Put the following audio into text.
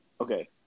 okay